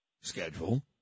schedule